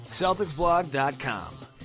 Celticsblog.com